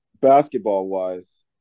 basketball-wise